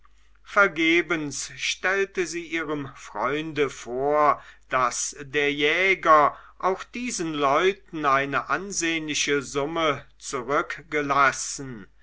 vergebens stellte sie ihrem freunde vor daß der jäger auch diesen leuten eine ansehnliche